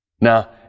Now